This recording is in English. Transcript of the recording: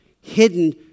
hidden